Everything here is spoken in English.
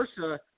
versa